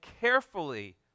carefully